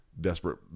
desperate